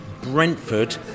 brentford